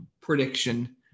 prediction